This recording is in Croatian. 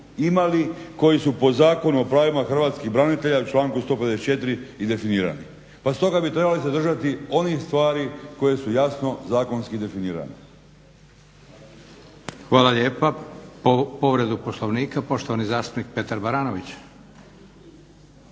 imali, koji su po Zakonu o pravima hrvatskih branitelja člankom 154. i definirani. Pa stoga bi trebali se držati onih stvari koje su jasno zakonski definirane. **Leko, Josip (SDP)** Hvala lijepa. Povreda Poslovnika, poštovani zastupnik Petar Baranović.